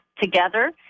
together